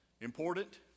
important